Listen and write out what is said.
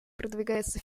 продвигается